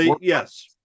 yes